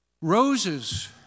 roses